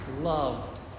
loved